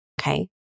Okay